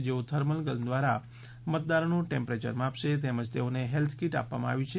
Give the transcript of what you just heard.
જેઓ thermal gun દ્વારા મતદારોનું ટેમ્પરેચર માપશે તેમજ તેઓને હેલ્થ કીટ આપવામાં આવી છે